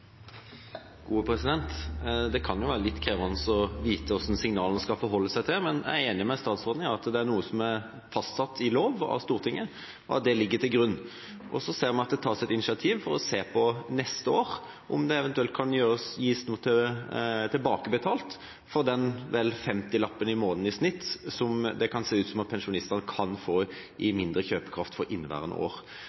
Det kan jo være litt krevende å vite hvilke signaler en skal forholde seg til, men jeg er enig med statsråden i at det er noe som er fastsatt i lov av Stortinget, og at det ligger til grunn. Og så ser vi at det tas et initiativ for å se på om det neste år eventuelt kan tilbakebetales noe for den vel femtilappen i måneden i snitt som det kan se ut som om pensjonistene får i mindre kjøpekraft for inneværende år.